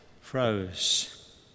froze